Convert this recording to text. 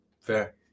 Fair